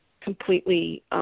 completely